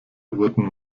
wurden